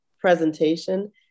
presentation